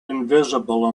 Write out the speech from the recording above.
invisible